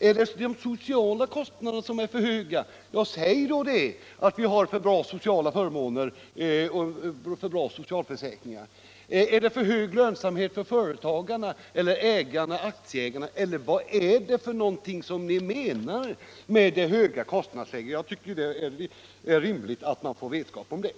Är det de sociala kostnaderna som är för höga — ja, säg då att vi har för bra sociala förmåner och för bra socialförsäkringar! Är det företagens lönsamhet som är för hög eller aktieägarnas vinster som är för höga? Eller vad menar ni med talet om det höga kostnadsläget? Jag tycker Nr 27 att det är rimligt att vi får vetskap om det.